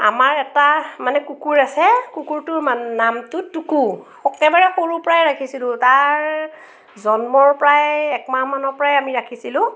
আমাৰ এটা মানে কুকুৰ আছে কুকুৰটোৰ মান নামতো টুকু একেবাৰে সৰুৰ পৰাই ৰাখিছিলোঁ তাৰ জন্মৰ প্ৰায় একমাহমানৰ পৰাই আমি ৰাখিছিলোঁ